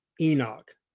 Enoch